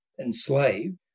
enslaved